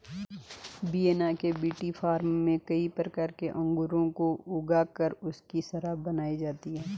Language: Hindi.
वियेना के विटीफार्म में कई प्रकार के अंगूरों को ऊगा कर उनकी शराब बनाई जाती है